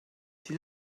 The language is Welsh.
sydd